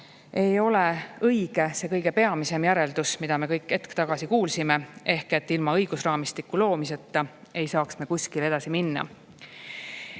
ei ole õige see kõige peamisem järeldus, mida me kõik hetk tagasi kuulsime, ehk see, et ilma õigusraamistiku loomiseta ei saaks me kuskile edasi minna.18.